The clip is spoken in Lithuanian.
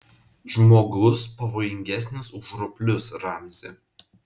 žmogus pavojingesnis už roplius ramzi